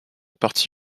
parti